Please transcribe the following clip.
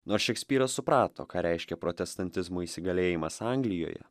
nors šekspyras suprato ką reiškė protestantizmo įsigalėjimas anglijoje